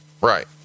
Right